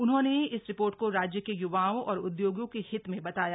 उन्होंने इस report को राज्य के युवाओं और उदयोगों के हित में बताया